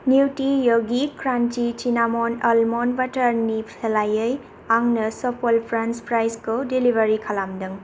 निउति य'गि crunchy cinnamon almond बाटारनि सोलायै आंनो सफल फ्रेन्स फ्राइजखौ डिलिभारि खालामदों